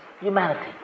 humanity